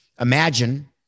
Imagine